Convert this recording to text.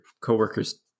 coworkers